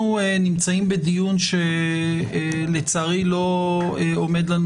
אנחנו נמצאים בדיון שלצערי לא עומד לו